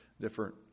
different